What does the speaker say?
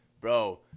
bro